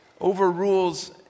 overrules